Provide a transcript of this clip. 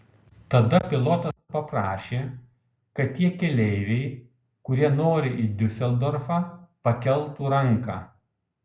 tada pilotas paprašė kad tie keleiviai kurie nori į diuseldorfą pakeltų ranką